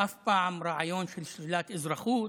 אף פעם רעיון של שלילת אזרחות